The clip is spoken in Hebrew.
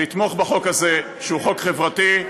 לתמוך בחוק הזה שהוא חוק חברתי,